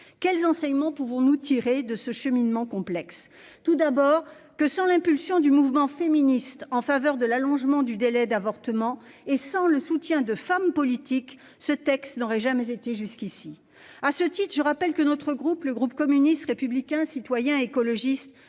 Quels enseignements pouvons-nous tirer de ce cheminement complexe ? Tout d'abord, sans l'impulsion du mouvement féministe en faveur de l'allongement du délai d'avortement et sans le soutien de femmes politiques, ce texte n'aurait jamais été jusqu'ici. À ce titre, je rappelle que le groupe communiste républicain citoyen et écologiste